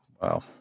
Wow